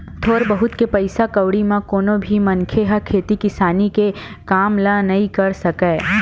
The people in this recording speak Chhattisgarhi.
थोर बहुत के पइसा कउड़ी म कोनो भी मनखे ह खेती किसानी के काम ल नइ कर सकय